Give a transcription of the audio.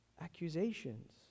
accusations